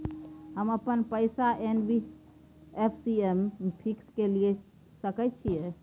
हम अपन पैसा एन.बी.एफ.सी म फिक्स के सके छियै की?